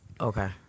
okay